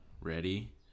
Ready